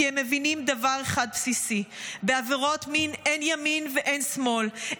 כי הם מבינים דבר אחד בסיסי: בעבירות מין אין ימין ואין שמאל,